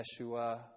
Yeshua